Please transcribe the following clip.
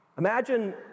Imagine